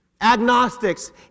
Agnostics